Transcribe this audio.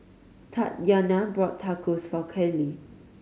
Tatyana bought Tacos for Cale